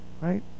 right